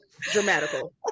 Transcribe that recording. dramatical